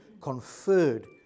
conferred